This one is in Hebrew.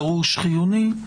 דרוש וחיוני.